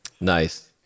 Nice